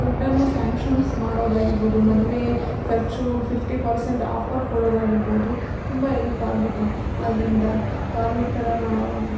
ದುಡ್ಡನ್ನು ಸ್ಯಾಂಕ್ಷನ್ಸ್ ಮಾಡೋದಾಗಿರ್ಬೋದು ಮದುವೆ ಖರ್ಚು ಫಿಫ್ಟಿ ಪರ್ಸೆಂಟ್ ಆಫರ್ ಕೊಡೋದಾಗಿರ್ಬೋದು ತುಂಬ ಎಲ್ಪ್ ಆಗಿದೆ ಆದ್ದರಿಂದ ಕಾರ್ಮಿಕರ